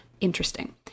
interesting